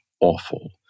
awful